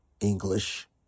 English